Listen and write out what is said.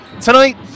Tonight